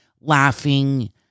laughing